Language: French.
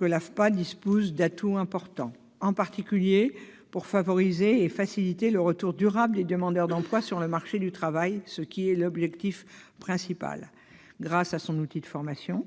l'AFPA dispose, selon moi, d'atouts importants, en particulier pour faciliter un retour durable des demandeurs d'emploi sur le marché du travail- ce qui est l'objectif principal -, grâce à son outil de formation